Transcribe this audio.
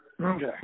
Okay